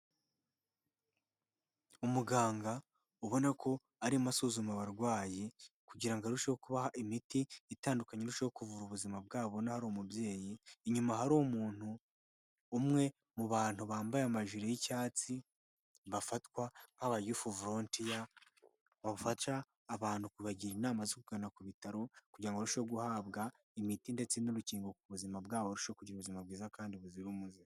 Umuganga ubona ko arimo asuzuma abarwayi kugirango ngo arusheho kubaha imiti itandukanye irushaho kuvura ubuzima bwabo. Ubona hari umubyeyi, inyuma hari umuntu umwe mu bantu bambaye amaji y'icyatsi bafatwa nk'abayefu vorotiya, bafasha abantu kubagira inama zo kugana ku bitaro. Kugira ngo barusheho guhabwa imiti ndetse n'urukingo ku buzima bwabo barusheho kugira ubuzima bwiza kandi buzira umuze.